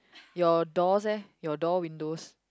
your doors eh your door windows